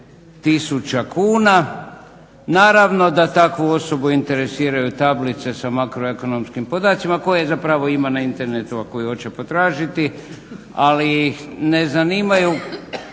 kuna. Naravno da takvu osobu interesiraju tablice sa makroekonomskim podacima koje zapravo ima na internetu ako je hoće potražiti, ali ih ne zanimaju